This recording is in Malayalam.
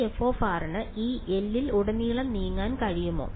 ഈ f ന് ഈ L ൽ ഉടനീളം നീങ്ങാൻ കഴിയുമോ